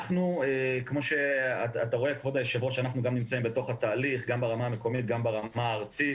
אנחנו נמצאים בתוך התהליך גם ברמה המקומית וגם ברמה הארצית.